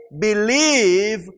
believe